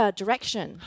direction